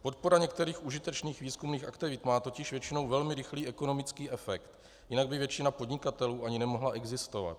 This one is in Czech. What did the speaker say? Podpora některých užitečných výzkumných aktivit má totiž většinou velmi rychlý ekonomický efekt, jinak by většina podnikatelů ani nemohla existovat.